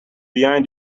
behind